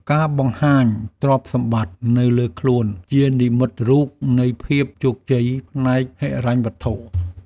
ការបង្ហាញទ្រព្យសម្បត្តិនៅលើខ្លួន ជានិមិត្តរូបនៃភាពជោគជ័យផ្នែកហិរញ្ញវត្ថុ។